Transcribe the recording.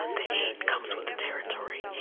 ah the hate comes with the territory,